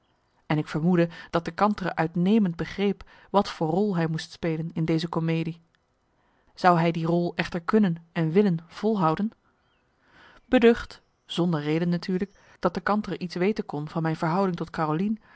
en ik vermoedde dat de kantere uitnemend begreep wat voor rol hij moest spelen in deze comedie zou hij die rol echter kunnen en willen volhouden beducht zonder reden natuurlijk dat de kantere iets weten kon van mijn verhouding tot carolien